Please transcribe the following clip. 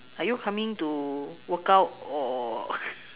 are you coming to workout or